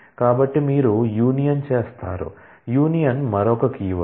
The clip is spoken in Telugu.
కాబట్టి మీరు యూనియన్ చేస్తారు యూనియన్ మరొక కీవర్డ్